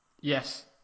Yes